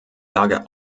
lage